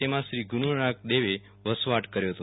જેમાં શ્રી ગુડુનાનક દેવે વસવાટ કર્યો હતો